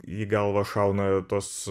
į galvą šauna tos